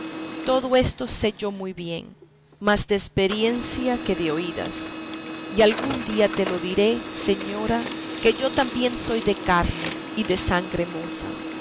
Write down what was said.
todo esto sé yo muy bien más de experiencia que de oídas y algún día te lo diré señora que yo también soy de carne y de sangre moza